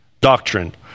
doctrine